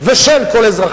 ועל זה ניאבק,